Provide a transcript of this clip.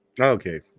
okay